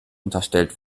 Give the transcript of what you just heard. unterstellt